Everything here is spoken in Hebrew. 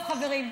טוב, חברים.